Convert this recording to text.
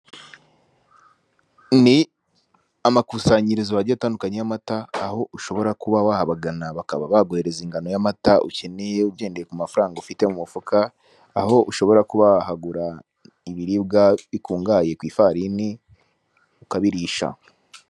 Ni amakusanyirizo wajya utandukanye y'amata aho ushobora kuba wabagana bakaba baguhereza ingano y'amata ukeneye ugendeye ku mafaranga ufite mu mufuka, aho ushobora kuba wahagura ibiribwa bikungahaye ku ifarini ukabirisha.